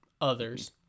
others